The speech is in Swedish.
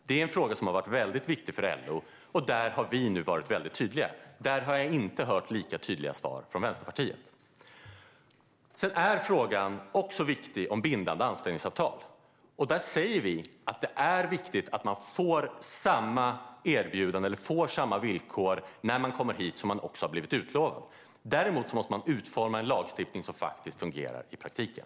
Det är en fråga som har varit mycket viktig för LO, och där har vi nu varit tydliga. Där har vi inte hört lika tydliga svar från Vänsterpartiet. Det andra är frågan om bindande anställningsavtal. Där säger vi att det är viktigt att man får samma erbjudande eller villkor när man kommer hit som man har blivit utlovad. Däremot måste det utformas en lagstiftning som faktiskt fungerar i praktiken.